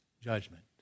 Judgment